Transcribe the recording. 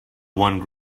one